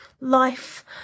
life